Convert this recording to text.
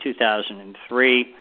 2003